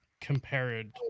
compared